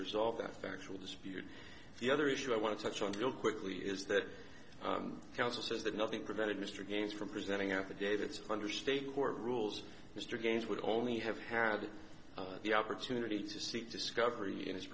result that factual dispute the other issue i want to touch on real quickly is that counsel says that nothing prevented mr games from presenting affidavits under state court rules mr games would only have had the opportunity to seek discovery in his